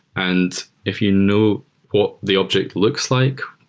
and if you know what the object looks like,